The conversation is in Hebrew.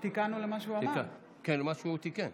כי הוא תיקן